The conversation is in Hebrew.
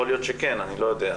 יכול להיות שכן, אני לא יודע,